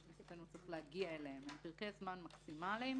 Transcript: שצריך להגיע אליהם, אלא פרקי זמן מקסימליים